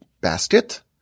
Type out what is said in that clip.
basket